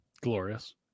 glorious